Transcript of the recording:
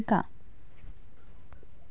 मोसंबीमंदी ट्रॅक्टरने नांगरणी करावी का?